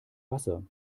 wasser